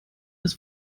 ist